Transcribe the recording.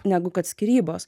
negu kad skyrybos